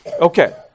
Okay